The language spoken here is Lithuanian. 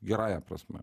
gerąja prasme